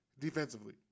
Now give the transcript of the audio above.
defensively